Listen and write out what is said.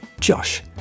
Josh